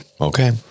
Okay